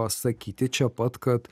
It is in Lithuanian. pasakyti čia pat kad